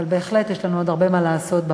אבל בהחלט יש לנו עוד הרבה מה לעשות בפרקטיקה.